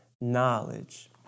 knowledge